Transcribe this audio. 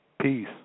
Peace